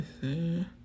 see